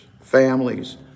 families